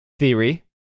theory